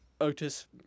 Otis